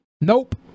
nope